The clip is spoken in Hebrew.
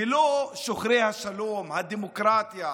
ולא שוחרי השלום, הדמוקרטיה,